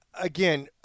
Again